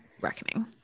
reckoning